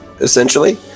essentially